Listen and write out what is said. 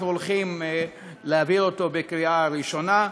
אנחנו הולכים להעביר אותו בקריאה ראשונה.